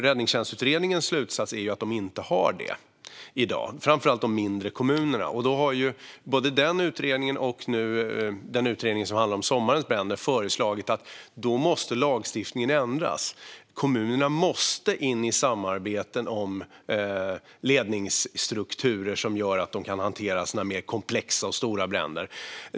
Räddningstjänstutredningens slutsats är att de i dag inte har det, och det gäller framför allt de mindre kommunerna. Både den utredningen och utredningen om sommarens bränder har föreslagit att lagstiftningen måste ändras: Kommunerna måste in i samarbeten om ledningsstrukturer som gör att de kan hantera mer komplexa och stora bränder.